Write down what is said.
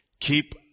Keep